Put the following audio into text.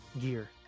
gear